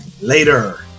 Later